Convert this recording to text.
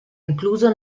incluso